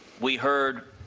we heard